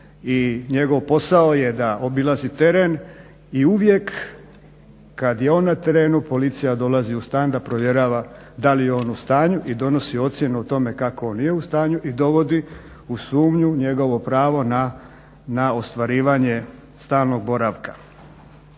i njegov posao je da obilazi teren i uvijek kad je on na terenu policija dolazi u stan da provjerava da li je on u stanju i donosi ocjenu o tome kako on nije u stanju i dovodi u sumnju njegovo pravo na ostvarivanje stalnog boravka.